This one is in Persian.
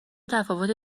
تفاوت